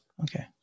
Okay